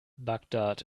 bagdad